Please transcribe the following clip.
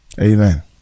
Amen